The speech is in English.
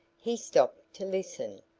he stopped to listen.